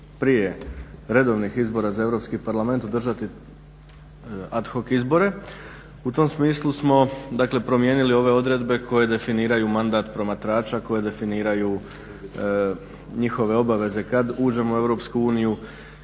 prije redovnih izbora za Europski parlament održati ad hoc izbore. U tom smislu smo dakle promijenili ove odredbe koje definiraju mandat promatrača, koje definiraju njihove obaveze kad uđemo u Europsku uniju